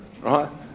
Right